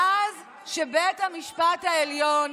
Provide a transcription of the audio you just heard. מאז שבית המשפט העליון